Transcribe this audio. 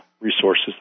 resources